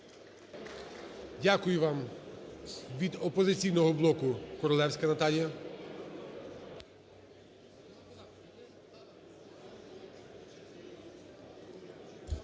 Дякую вам. Від "Опозиційного блоку"Королевська Наталія.